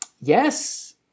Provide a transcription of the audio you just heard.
Yes